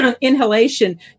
inhalation